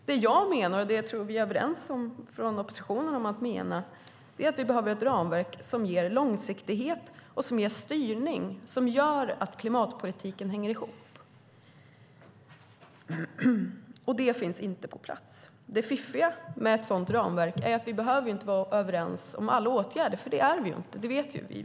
Det jag menar, och som jag tror att vi är överens om i oppositionen, är att vi behöver ett ramverk som ger långsiktighet och styrning som gör att klimatpolitiken hänger ihop, och det finns inte på plats. Det fiffiga med ett sådant ramverk är att vi inte behöver vara överens om alla åtgärder, för det vi att vi inte är.